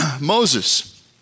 Moses